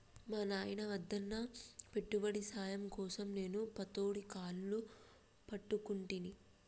మా నాయిన వద్దన్నా పెట్టుబడి సాయం కోసం నేను పతోడి కాళ్లు పట్టుకుంటిని